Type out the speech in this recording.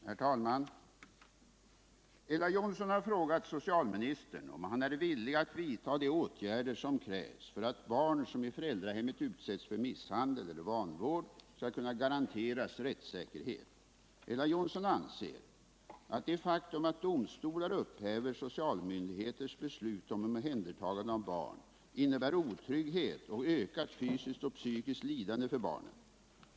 Herr talman! Ella Johnsson har frågat socialministern om han är villig att vidta de åtgärder som krävs för att barn som i föräldrahemmet utsätts för misshandel eller vanvård skall kunna garanteras rättssäkerhet. Ella Johnsson anser att det faktum att domstolar upphäver sociala myndigheters beslut om omhändertagande av barn innebär otrygghet och ökat fysiskt och psykiskt lidande för barnen.